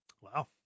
Wow